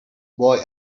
boy